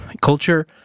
culture